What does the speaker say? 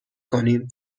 کنیم